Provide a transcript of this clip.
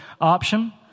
option